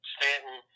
Stanton